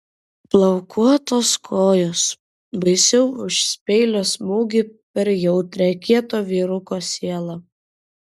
plaukuotos kojos baisiau už peilio smūgį per jautrią kieto vyruko sielą